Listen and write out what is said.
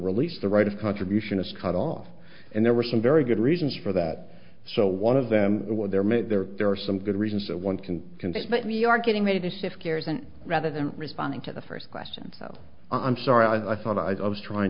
release the right of contribution is cut off and there were some very good reasons for that so one of them would there may there there are some good reasons that one can convince but we are getting ready to shift gears and rather than responding to the first question i'm sorry i thought i was trying